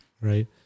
right